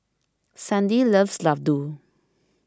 Sandi loves Laddu